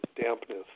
dampness